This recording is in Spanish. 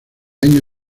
año